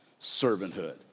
servanthood